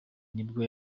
nibwo